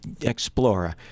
explorer